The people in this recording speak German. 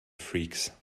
freaks